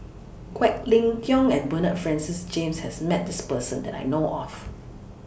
Quek Ling Kiong and Bernard Francis James has Met This Person that I know of